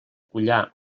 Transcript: collar